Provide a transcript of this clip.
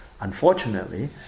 Unfortunately